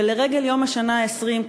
ולרגל יום השנה ה-20,